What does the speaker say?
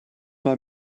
mal